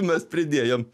mes pridėjom